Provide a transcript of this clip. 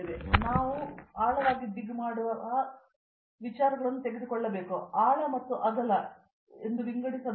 ಆದ್ದರಿಂದ ನಾವು ಆಳವಾಗಿ ಡಿಗ್ ಮಾಡುವ ಮತ್ತು ಕೋರ್ಸುಗಳನ್ನು ತೆಗೆದುಕೊಳ್ಳುವಲ್ಲಿ ನಾವು ಕೋರ್ ಅಗಲ ಮತ್ತು ಆಳವಾಗಿ ವಿಂಗಡಿಸಲಾಗಿದೆ